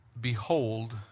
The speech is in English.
behold